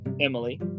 Emily